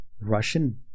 Russian